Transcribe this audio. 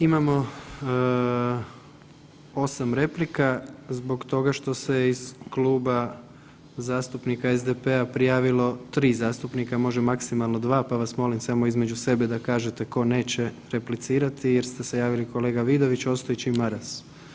Imamo 8 replika zbog toga što se iz Kluba zastupnika SDP-a prijavilo 3 zastupnika, može maksimalno 2, pa vas molim samo između sebe da kažete tko neće replicirati jer ste se javili kolega Vidović, Ostojić i Maras.